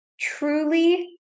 truly